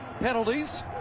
penalties